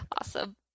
Awesome